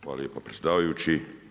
Hvala lijepo predsjedavajući.